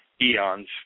eons